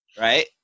right